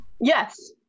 Yes